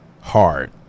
hard